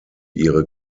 ihre